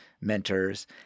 mentors